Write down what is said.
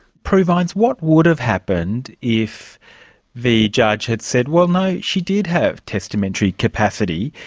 prue vines, what would've happened if the judge had said, well, no, she did have testamentary capacity.